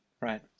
Right